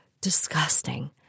Disgusting